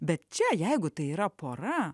bet čia jeigu tai yra pora